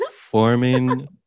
forming